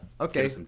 Okay